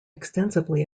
extensively